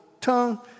tongue